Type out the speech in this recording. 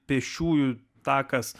pėsčiųjų takas